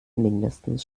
mindestens